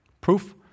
Proof